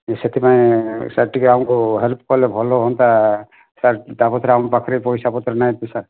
ସେଥିପାଇଁ ସାର୍ ଟିକିଏ ଆମକୁ ହେଲ୍ପ କଲେ ଭଲ ହୁଅନ୍ତା ସାର୍ ତା ପଛରେ ଆମ ପାଖରେ ପଇସା ପତ୍ର ବି ନାହିଁ ତ ସାର୍